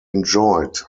enjoyed